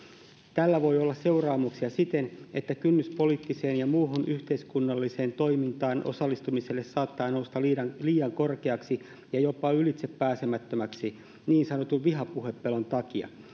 tällä voi olla seuraamuksia siten että kynnys poliittiseen ja muuhun yhteiskunnalliseen toimintaan osallistumiselle saattaa nousta liian liian korkeaksi ja jopa ylitsepääsemättömäksi niin sanotun vihapuhepelon takia